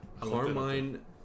Carmine